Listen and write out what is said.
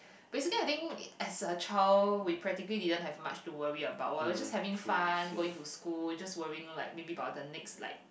basically I think as a child we practically didn't have much to worry about [what] we're just having fun going to school just worrying like maybe about the next like